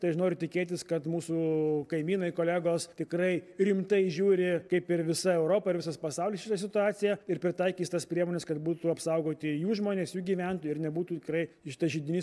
tai aš noriu tikėtis kad mūsų kaimynai kolegos tikrai rimtai žiūri kaip ir visa europa ir visas pasaulis šitą situaciją ir pritaikys tas priemones kad būtų apsaugoti jų žmonės jų gyventojai ir nebūtų tikrai šitas židinys